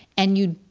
and you,